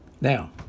Now